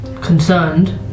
concerned